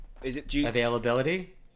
availability